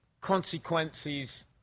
consequences